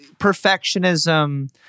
perfectionism